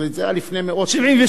זה היה לפני מאות שנים.